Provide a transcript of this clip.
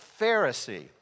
Pharisee